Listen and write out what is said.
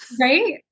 Right